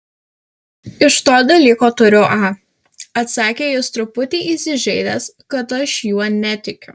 iš to dalyko turiu a atsakė jis truputį įsižeidęs kad aš juo netikiu